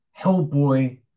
Hellboy